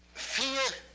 fear,